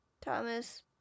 Thomas